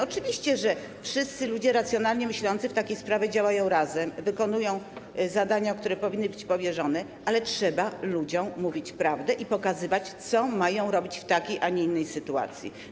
Oczywiście, że wszyscy ludzie racjonalnie myślący w takiej sprawie działają razem, wykonują zadania, które powinny być powierzone, ale trzeba ludziom mówić prawdę i pokazywać, co mają robić w takiej, a nie innej sytuacji.